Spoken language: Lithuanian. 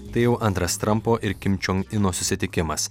tai jau antras trampo ir kim čion ino susitikimas